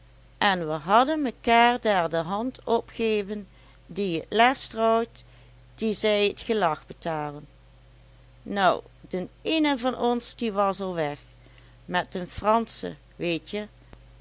en we hadden mekaar der de hand op geven die t lest trouwt die zel t gelag betalen nou den iene van ons die was al weg met de franschen weetje